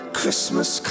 Christmas